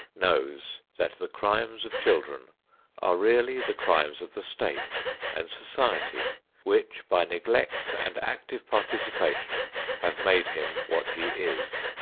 knows that the crimes of children are really the crimes of the state and society which by neglect and active participation have made him what he is.